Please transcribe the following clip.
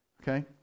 okay